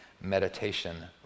meditation